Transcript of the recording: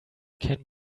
can